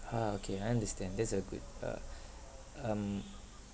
ah okay I understand that's a good uh um